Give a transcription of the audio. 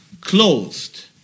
Closed